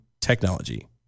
technology